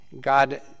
God